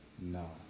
No